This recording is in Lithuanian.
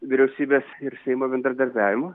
vyriausybės ir seimo bendradarbiavimo